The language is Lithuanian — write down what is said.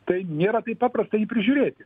tai nėra taip paprasta jį prižiūrėti